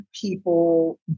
people